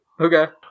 Okay